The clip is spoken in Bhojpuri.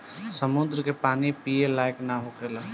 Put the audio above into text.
समुंद्र के पानी पिए लायक ना होखेला